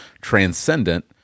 transcendent